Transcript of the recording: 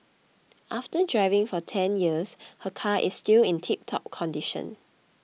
after driving for ten years her car is still in tiptop condition